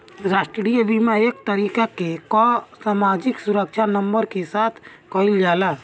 राष्ट्रीय बीमा एक तरीके कअ सामाजिक सुरक्षा नंबर के साथ कइल जाला